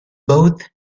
both